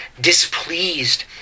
displeased